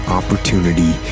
opportunity